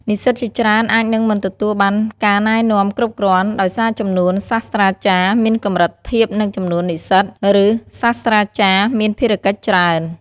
និស្សិតជាច្រើនអាចនឹងមិនទទួលបានការណែនាំគ្រប់គ្រាន់ ដោយសារចំនួនសាស្ត្រាចារ្យមានកម្រិតធៀបនឹងចំនួននិស្សិត ឬសាស្ត្រាចារ្យមានភារកិច្ចច្រើន។